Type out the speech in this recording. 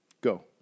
Go